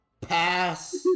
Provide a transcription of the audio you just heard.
Pass